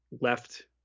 left